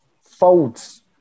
folds